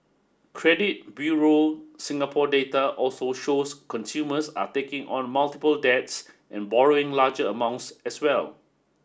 Credit Bureau Singapore data also shows consumers are taking on multiple debts and borrowing larger amounts as well